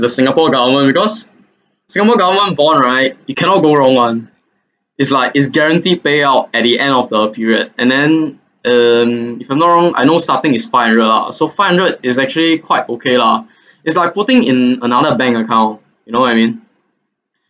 the singapore government because singapore government bond right you cannot go wrong one is like is guarantee payout at the end of the period and then um if I'm not wrong I know starting is five hundred lah so five hundred is actually quite okay lah is like putting in another bank account you know what I mean